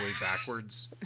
backwards